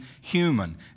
human